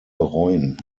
bereuen